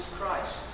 Christ